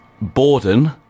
Borden